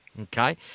Okay